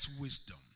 wisdom